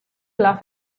laugh